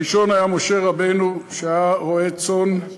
הראשון היה משה רבנו, שהיה רועה צאן,